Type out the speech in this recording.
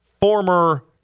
former